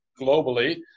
globally